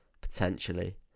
potentially